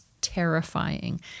terrifying